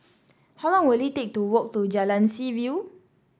how long will it take to walk to Jalan Seaview